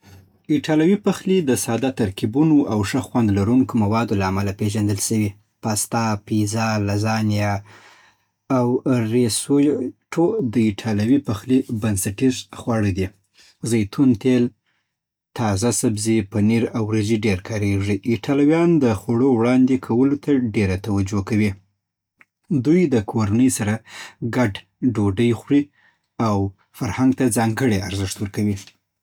ایټالوي پخلی د ساده ترکیبونو او ښه خوند لرونکو موادو له امله پیژندل سوی. پاستا، پیزا، لازانیا، او ریسوټو د ایټالوي پخلي بنسټیز خواړه دي. زیتون تېل، تازه سبزي، پنیر او وريجې ډېر کارېږي. ایټالویان د خوړو وړاندې کولو ته ډېره توجه کوي. دوی د کورنۍ سره د ګډ ډوډۍ خوری او فرهنګ ته ځانګړی ارزښت ورکوي.